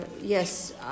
yes